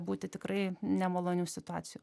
būti tikrai nemalonių situacijų